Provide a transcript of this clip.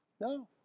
No